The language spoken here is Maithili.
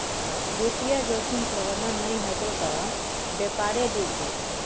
वित्तीय जोखिम प्रबंधन नहि हेतौ त बेपारे डुबि जेतौ